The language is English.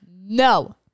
No